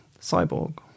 cyborg